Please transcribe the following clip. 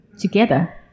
together